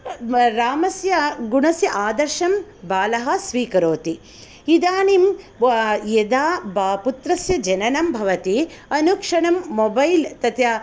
रामस्य गुणस्य आदर्शं बालः स्वीकरोति इदानीं यदा पुत्रस्य जननं भवति अनुक्षणं मोबैल् तत्